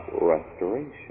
restoration